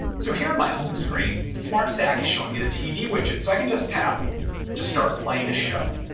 so here on my home screen, the smart stack is showing me the tv widget. so i can just tap to start playing a show.